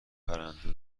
پرنده